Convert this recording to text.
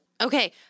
Okay